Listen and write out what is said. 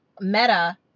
Meta